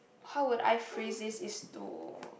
how would I phrase this is to